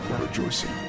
rejoicing